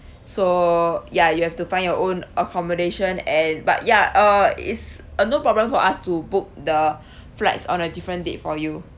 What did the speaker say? so ya you have to find your own accommodation and but ya uh it's uh no problem for us to book the flights on a different date for you